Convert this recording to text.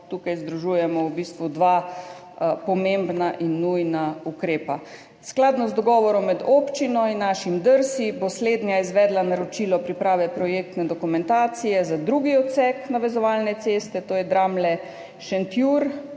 tukaj združujemo v bistvu dva pomembna in nujna ukrepa. Skladno z dogovorom med občino in našim DRSI bo slednja izvedla naročilo priprave projektne dokumentacije za drugi odsek navezovalne ceste, to je Dramlje–Šentjur